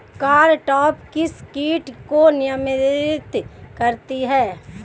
Cartap किस किट को नियंत्रित करती है?